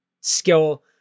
skill